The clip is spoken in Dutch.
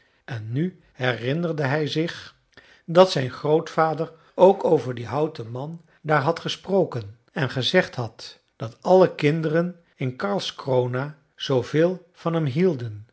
en nu herinnerde hij zich dat zijn grootvader ook over dien houten man daar had gesproken en gezegd had dat alle kinderen in karlskrona zoo veel van hem hielden